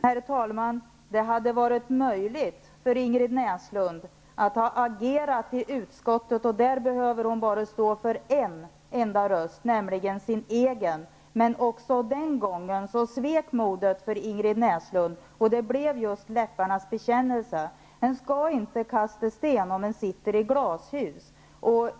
Herr talman! Det hade varit möjligt för Ingrid Näslund att agera i utskottet. Där behöver hon bara stå för en enda röst, nämligen sin egen, men också den gången svek modet för Ingrid Näslund och det blev just läpparnas bekännelse. Man skall inte kasta sten om man sitter i glashus.